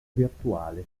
virtuale